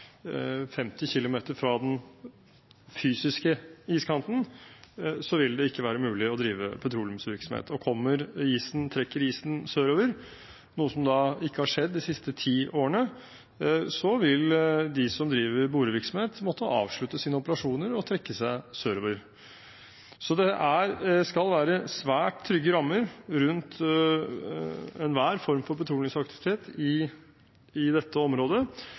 50 km fra den fysiske iskanten vil det ikke være mulig å drive petroleumsvirksomhet. Og trekker isen sørover – noe som ikke har skjedd de ti siste årene – vil de som driver borevirksomhet, måtte avslutte sine operasjoner og trekke seg sørover. Det skal være svært trygge rammer rundt enhver form for petroleumsaktivitet i dette området,